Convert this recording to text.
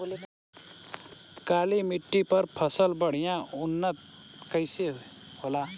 काली मिट्टी पर फसल बढ़िया उन्नत कैसे होला?